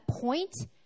point